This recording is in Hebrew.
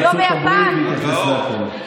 ולא משנה איזו ממשלה תכהן,